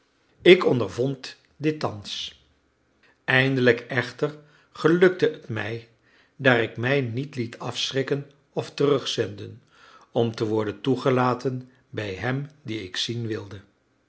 ik ondervond dit thans eindelijk echter gelukte het mij daar ik mij niet liet afschrikken of terugzenden om te worden toegelaten bij hem dien ik zien wilde